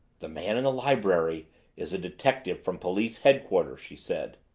the man in the library is a detective from police headquarters, she said.